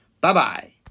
Bye-bye